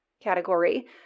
category